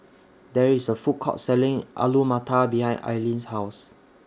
There IS A Food Court Selling Alu Matar behind Aylin's House